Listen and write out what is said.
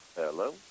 Hello